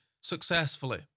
successfully